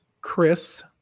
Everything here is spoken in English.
Chris